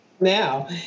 now